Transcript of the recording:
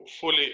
fully